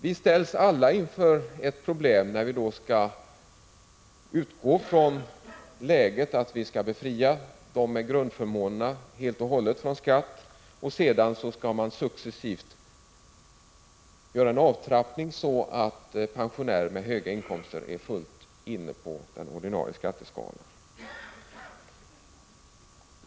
Vi ställs då alla inför problem när vi från detta utgångsläge skall befria dem som har enbart grundförmåner helt och hållet från skatt och göra en successiv avtrappning så att pensionärer med höga inkomster är fullt inne på den ordinarie skatteskalan.